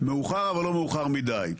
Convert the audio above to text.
מאוחר אבל לא מאוחר מדי.